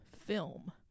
film